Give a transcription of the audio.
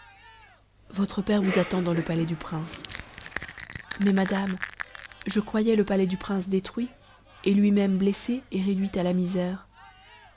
votre père vous attend dans le palais du prince mais madame je croyais le palais du prince détruit et lui-même blessé et réduit à la misère